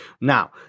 Now